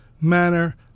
manner